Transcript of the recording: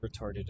retarded